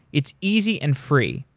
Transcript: it's easy and free.